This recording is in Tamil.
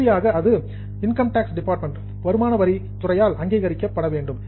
இறுதியாக அது இன்கம் டேக்ஸ் டிபார்ட்மென்ட் வருமான வரித் துறையால் அங்கீகரிக்கப்பட வேண்டும்